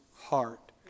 Heart